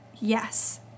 Yes